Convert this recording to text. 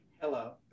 Hello